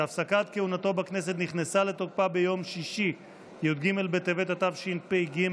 שהפסקת כהונתו בכנסת נכנסה לתוקפה ביום שישי י"ג בטבת התשפ"ג,